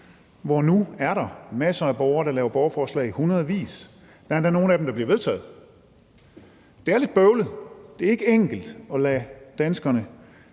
og nu er der masser af borgere, der laver borgerforslag, i hundredvis. Der er endda nogle af dem, der bliver vedtaget. Det er lidt bøvlet; det er ikke enkelt at lade danskerne